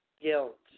Guilt